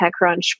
TechCrunch